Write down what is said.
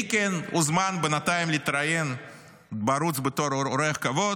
מי כן הוזמן בינתיים להתראיין בערוץ בתור אורח כבוד?